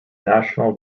national